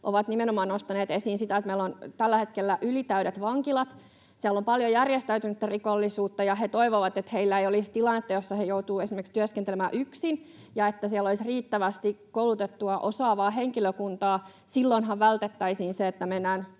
ovat nimenomaan nostaneet esiin sitä, että meillä on tällä hetkellä ylitäydet vankilat ja siellä on paljon järjestäytynyttä rikollisuutta. He toivovat, että heillä ei olisi tilannetta, jossa he joutuvat esimerkiksi työskentelemään yksin, ja että siellä olisi riittävästi koulutettua, osaavaa henkilökuntaa. Silloinhan vältettäisiin se, että mennään